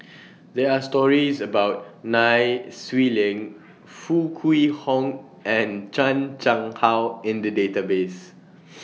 There Are stories about Nai Swee Leng Foo Kwee Horng and Chan Chang How in The Database